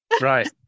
Right